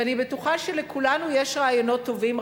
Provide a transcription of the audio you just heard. ואני בטוחה שלכולנו יש רעיונות טובים,